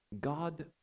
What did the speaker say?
God